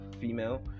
female